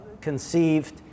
conceived